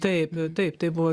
taip taip tai buvo